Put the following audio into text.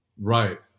Right